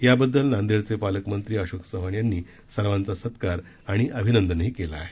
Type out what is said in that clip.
याबद्दल नांदडेचे पालकमंत्री अशोक चव्हाण यांनी सर्वांचा सत्कार आणि अभिनंदनही केलं आहे